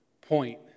point